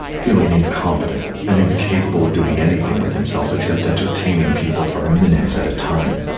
feeling incompetent and incapable of doing anything with himself except entertaining people for minutes at a time.